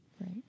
Right